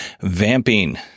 vamping